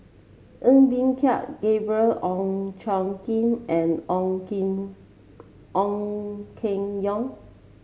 Ng Bee Kia Gabriel Oon Chong Jin and Ong Keng Ong Keng Yong